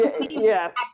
Yes